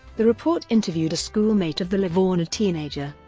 the report interviewed a schoolmate of the livorno teenager,